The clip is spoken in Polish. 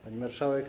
Pani Marszałek!